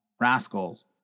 Rascals